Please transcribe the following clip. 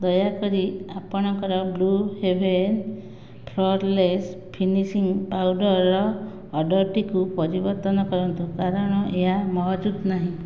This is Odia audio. ଦୟାକରି ଆପଣଙ୍କର Blue Heaven flawless finishing powder ର ଅର୍ଡ଼ର୍ଟିକୁ ପରିବର୍ତ୍ତନ କରନ୍ତୁ କାରଣ ଏହା ମହଜୁଦ ନାହିଁ